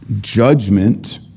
judgment